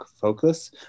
focus